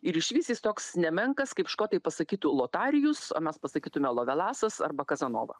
ir išvis jis toks nemenkas kaip škotai pasakytų lotarijus o mes pasakytume lovelasas arba kazanova